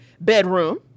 bedroom